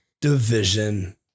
division